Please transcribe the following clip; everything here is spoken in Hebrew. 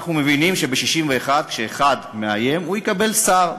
אנחנו מבינים שב-61, כשאחד מאיים, הוא יקבל שר.